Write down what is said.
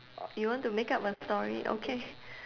you want to make up a story okay